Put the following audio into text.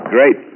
Great